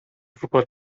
football